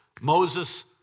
Moses